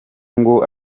ngo